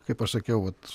kaip aš sakiau vat